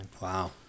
Wow